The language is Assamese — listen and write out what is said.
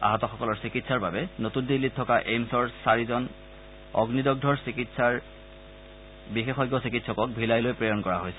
আহতসকলৰ চিকিৎসাৰ বাবে নতুন দিল্লীত থকা এইমছৰ চাৰিজন অগ্নিগদ্ধ বিশেষজ্ঞ চিকিৎসকক ভিলাইলৈ প্ৰেৰণ কৰা হৈছে